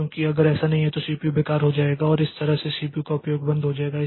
क्योंकि अगर ऐसा नहीं है तो सीपीयू बेकार हो जाएगा और इस तरह से सीपीयू का उपयोग बंद हो जाएगा